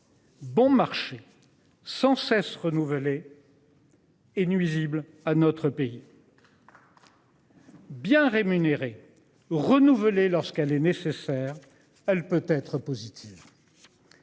Bon marché sans cesse renouvelée.-- Est nuisible à notre pays. Bien rémunérés renouvelé lorsqu'elle est nécessaire, elle peut être positive.